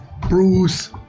Bruce